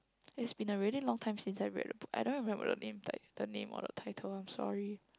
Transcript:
it's been really a long time since I read a book I don't remember the name ti~ the name or the title I'm sorry